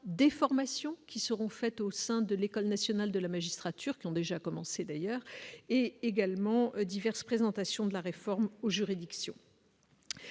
des formations qui seront faites au sein de l'École nationale de la magistrature, qui ont déjà commencé d'ailleurs et également diverses présentations de la réforme aux juridictions.